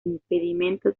impedimento